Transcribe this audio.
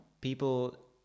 people